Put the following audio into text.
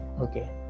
okay